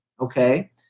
okay